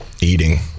eating